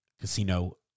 Casino